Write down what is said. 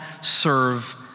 serve